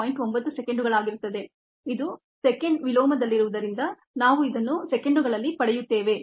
9 ಸೆಕೆಂಡುಗಳಾಗಿರುತ್ತದೆ ಇದು ಸೆಕೆಂಡ್ ಇನ್ವೆರ್ಸ್ನಲ್ಲಿರುವುದರಿಂದ ನಾವು ಇದನ್ನು ಸೆಕೆಂಡುಗಳಲ್ಲಿ ಪಡೆಯುತ್ತೇವೆ